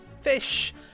Fish